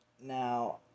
now